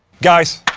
guys,